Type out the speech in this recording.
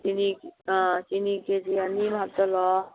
ꯆꯤꯅꯤ ꯑꯥ ꯆꯤꯅꯤ ꯀꯦ ꯖꯤ ꯑꯅꯤꯃ ꯍꯥꯞꯆꯤꯜꯂꯣ